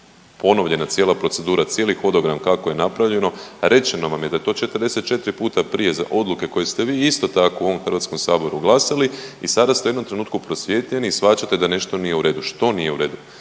ponovljena cijela procedura, cijeli hodogram kako je napravljeno. Rečeno vam je da je to 44 puta prije odluke koju ste vi isto tako u Hrvatskom saboru glasali i sada ste u jednom trenutku prosvjetljeni i shvaćate da nešto nije u redu. Što nije u redu?